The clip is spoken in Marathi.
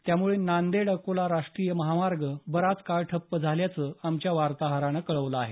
त्यामुळे नांदेड अकोला राष्ट्रीय महामार्ग बराच काळ ठप्प झाल्याचं आमच्या वार्ताहरान कळवलं आहे